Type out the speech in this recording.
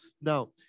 Now